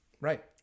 Right